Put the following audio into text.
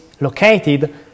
located